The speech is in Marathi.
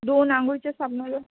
दोन आंघोळीच्या साबणं